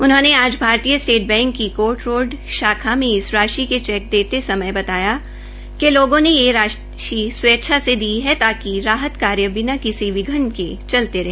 उन्होंने आज भारतीय स्टेट बैंक की कोर्ट रोड शाखा में इस राशि के चैक देते समय बताया कि लोगों ने यह राशि स्वेच्छा से दी है राहत कार्य बिना किसी विघ्न के चलते रहे